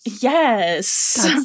Yes